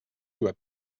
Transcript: doit